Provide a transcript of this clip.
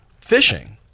fishing